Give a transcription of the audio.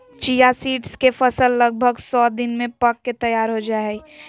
chia seeds के फसल लगभग सो दिन में पक के तैयार हो जाय हइ